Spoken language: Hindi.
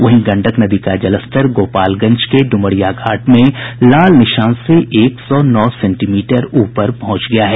वहीं गंडक नदी का जलस्तर गोपालगंज के ड्मरियाघाट में लाल निशान से एक सौ नौ सेंटीमीटर ऊपर पहुंच गया है